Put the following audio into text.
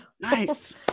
Nice